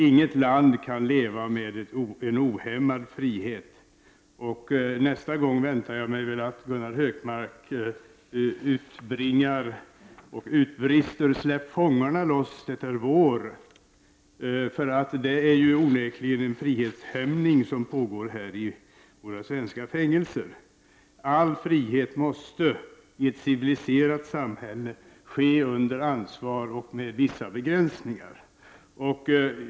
Inget land kan leva med en ohämmad frihet. Nästa gång väntar jag mig att Gunnar Hökmark utbrister: Släpp fångarne loss, det är vår! Det är onekligen en frihetshämning som pågår i våra svenska fängelser. All frihet måste i ett civiliserat samhälle ske under ansvar och med vissa begränsningar.